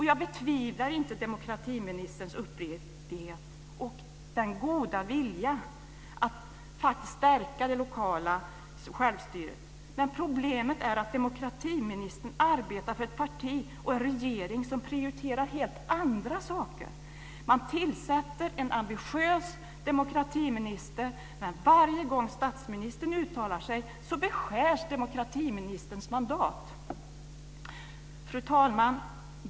Jag betvivlar inte demokratiministerns uppriktighet och den goda viljan att stärka det lokala självstyret. Men problemet är att demokratiministern arbetar för ett parti och en regering som prioriterar helt andra saker. Man tillsätter en ambitiös demokratiminister, men varje gång statsministern uttalar sig så beskärs demokratiministerns mandat. Fru talman!